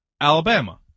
Alabama